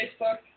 Facebook